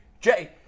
Jay